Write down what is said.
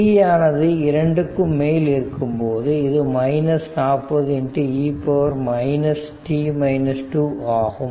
t ஆனது 2 க்கும் மேல் இருக்கும் போது இது 40e ஆகும்